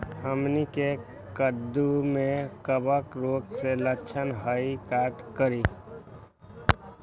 हमनी के कददु में कवक रोग के लक्षण हई का करी?